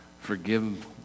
Forgive